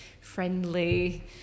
friendly